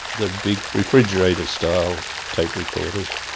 the big refrigerator-style tape recorders.